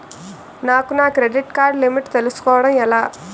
నాకు నా credit card limit తెలుసుకోవడం ఎలా?